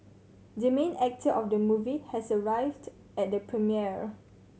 the main actor of the movie has arrived at premiere